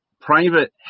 private